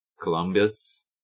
Columbus